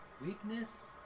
weakness